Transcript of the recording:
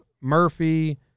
Murphy